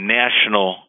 national